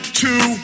two